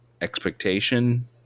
expectation